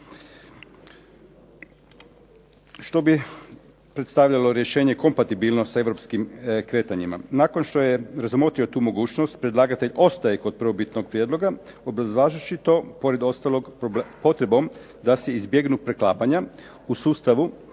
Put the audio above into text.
Što bi predstavljalo rješenje kompatibilno s europskim kretanjima. Nakon što je razmotrio tu mogućnost, predlagatelj ostaje kod prvobitnog prijedloga obrazlažući to, pored ostalog, potrebom da se izbjegnu preklapanja u sustavu